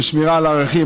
בשמירה על ערכים,